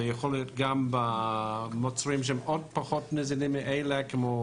זה יכול להיות גם במוצרים שהם עוד פחות נזילים מאלה כמו